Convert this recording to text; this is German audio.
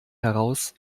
heraus